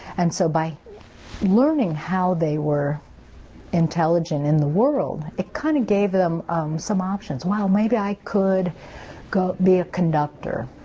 and so by learning how they were intelligent in the world, it kind of gave them some options. wow, maybe i could be a conductor.